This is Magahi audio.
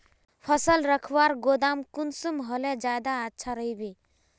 फसल रखवार गोदाम कुंसम होले ज्यादा अच्छा रहिबे?